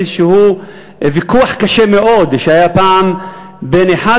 איזשהו ויכוח קשה מאוד שהיה פעם בין אחד